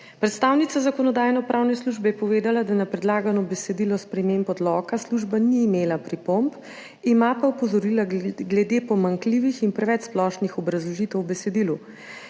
Predstavnica Zakonodajno-pravne službe je povedala, da na predlagano besedilo sprememb odloka služba ni imela pripomb, ima pa opozorila glede pomanjkljivih in preveč splošnih obrazložitev v besedilu.